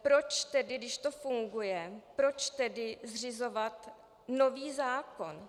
Proč tedy, když to funguje, proč tedy zřizovat nový zákon?